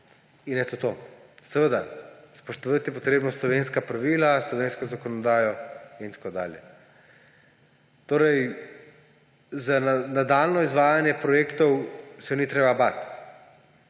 in je to to. Seveda, spoštovati je potrebno slovenska pravila, slovensko zakonodajo in tako dalje. Torej, za nadaljnje izvajanje projektov se ni treba bati,